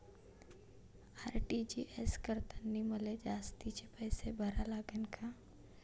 RTGS करतांनी मले जास्तीचे पैसे भरा लागन का?